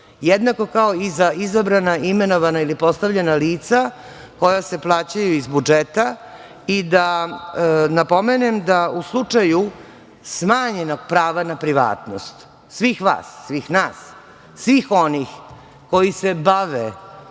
jednako kao i za izabrana, imenovana ili postavljena lica koja se plaćaju iz budžeta. Da napomenem da u slučaju smanjenog prava na privatnost svih vas, svih nas, svih oni koji se bave